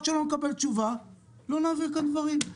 עד שלא נקבל תשובה לא נעביר כאן דברים.